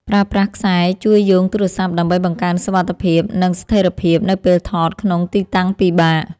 ប្រើប្រាស់ខ្សែជួយយោងទូរស័ព្ទដើម្បីបង្កើនសុវត្ថិភាព និង ស្ថេរភាពនៅពេលថតក្នុងទីតាំងពិបាក។